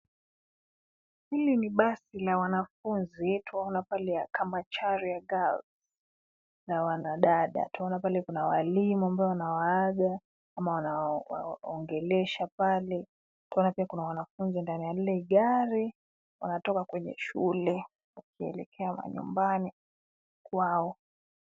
Hili ni basi la wanafunzi twaona pale Kamacharia Girls ya wanadada. Twaona pale kuna walimu ambao wanawaaga ama wanawaongelesha pale. Twaona pia kuna wanafunzi ndani ya lile gari wanatoka kwenye shule wakielekea manyumbani kwao.